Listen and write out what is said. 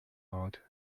out